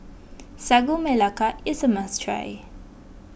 Sagu Melaka is a must try